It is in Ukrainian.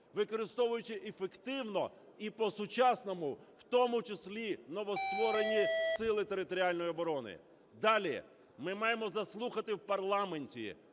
використовуючи ефективно і по-сучасному в тому числі новостворені Сили територіальної оборони. Далі. Ми маємо заслухати в парламенті,